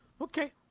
Okay